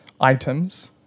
items